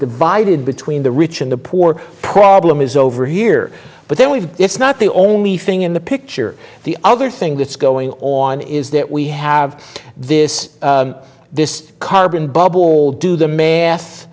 divided between the rich and the poor problem is over here but then we've it's not the only thing in the picture the other thing that's going on is that we have this this carbon bubble all do the math